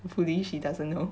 hopefully she doesn't know